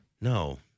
No